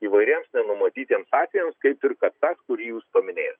įvairiems nenumatytiems atvejams kaip ir kad tas kurį jūs paminėjo